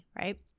right